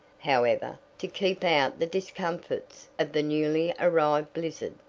however, to keep out the discomforts of the newly arrived blizzard.